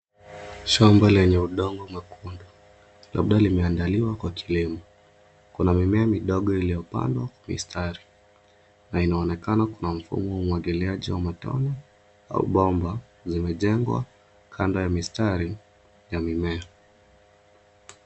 Shamba lenye udongo mwekundu, labda limeandaliwa kwa kilimo. Kuna mimea midogo iliyopandwa kwa mistari na inaonekana kuna mfumo wa umwagiliaji wa matone au bomba, zimejengwa kando ya mistari ya mimea.